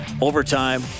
Overtime